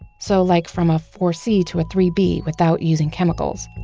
so like from a four c to a three b without using chemicals,